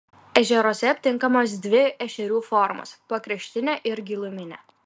ežeruose aptinkamos dvi ešerių formos pakraštinė ir giluminė